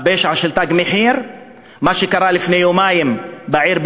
הפשע של "תג מחיר"; מה שקרה לפני יומיים בבאקה-אלע'רביה,